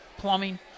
plumbing